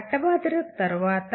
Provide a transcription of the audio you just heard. పట్ట భద్రత తర్వాత